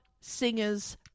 singers